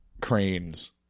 cranes